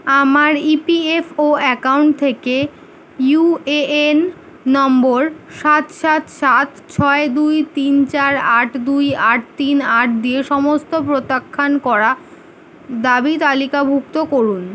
আমার E P F O account থেকে U A N নম্বর সাত সাত সাত ছয় দুই তিন চার আট দুই আট তিন আট দিয়ে সমস্ত প্রত্যাখ্যান করা দাবি তালিকাভুক্ত করুন